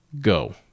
go